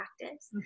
practice